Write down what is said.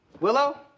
Willow